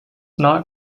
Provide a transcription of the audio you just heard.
not